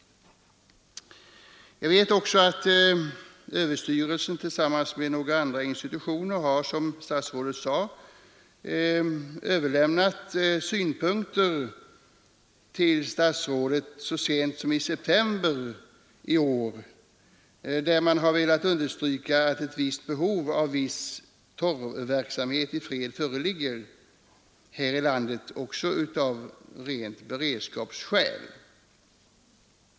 Jag vet också att överstyrelsen tillsammans med några andra institutioner har, som statsrådet sade, lämnat sina synpunkter till statsrådet så sent som i september i år. Dessa organ har velat understryka att behov av en viss torvverksamhet i fred föreligger här i landet också av rena beredskapsskäl.